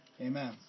Amen